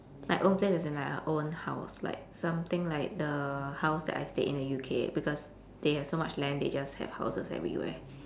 like own place as in like our own house like something like the house that I stayed in the U_K because they have so much land they just have houses everywhere